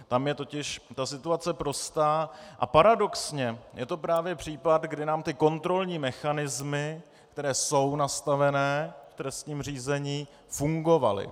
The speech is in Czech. Tam je totiž ta situace prostá a paradoxně je to právě případ, kdy nám kontrolní mechanismy, které jsou nastavené v trestním řízení, fungovaly.